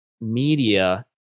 media